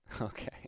Okay